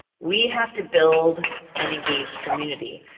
we have to build an engaged community.